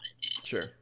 Sure